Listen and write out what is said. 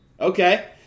Okay